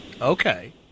Okay